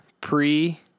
pre